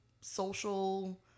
social